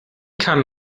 kann